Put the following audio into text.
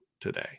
today